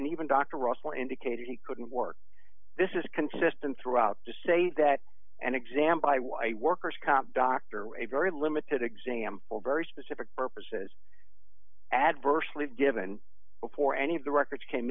and even doctor russell indicated he couldn't work this is consistent throughout to say that an exam by workers comp doctor a very limited example very specific purposes adversely given before any of the records came